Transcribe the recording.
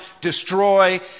destroy